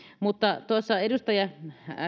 mutta edustaja